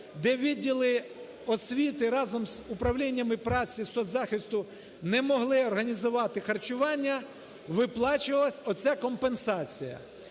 де відділи освіти разом з управліннями праці і соцзахисту не могли організувати харчування, виплачувалася оця компенсація.